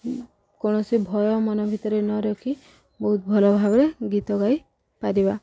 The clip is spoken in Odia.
କୌଣସି ଭୟ ମନ ଭିତରେ ନ ରଖି ବହୁତ ଭଲ ଭାବରେ ଗୀତ ଗାଇପାରିବା